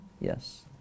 Yes